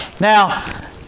Now